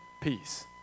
peace